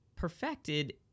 Perfected